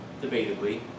debatably